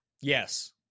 Yes